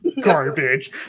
garbage